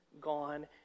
gone